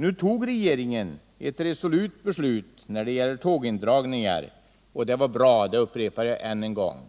Nu fattade regeringen ett resolut beslut när det gällde tågindragningar, och det var bra — jag upprepar det.